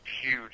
huge